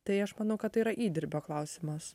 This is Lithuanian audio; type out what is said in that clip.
tai aš manau kad tai yra įdirbio klausimas